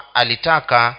alitaka